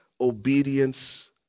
obedience